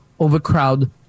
overcrowd